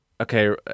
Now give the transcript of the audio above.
Okay